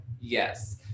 Yes